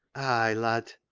ay, lad!